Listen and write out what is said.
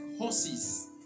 horses